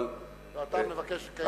אבל, לא, אתה מבקש לקיים דיון.